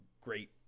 great